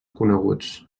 coneguts